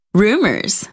rumors